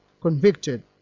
convicted